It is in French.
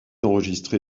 enregistré